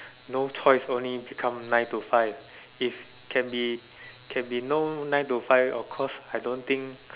no choice only become nine to five if can be can be no nine to five of course I don't think